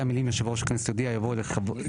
אחרי המילים 'יושב ראש הכנסת יודיע' יבוא 'לחברי'